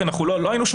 אבל אנחנו לא שם,